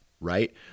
right